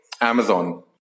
Amazon